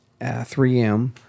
3M